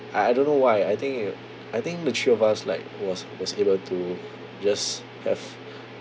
I I don't know why I think it I think the three of us like was was able to just have